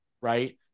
right